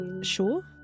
Sure